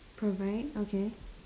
provide okay